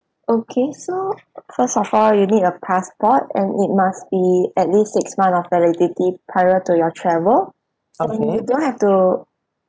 okay so first of all you need a passport and it must be at least six month of validity prior to your travel and you don't have to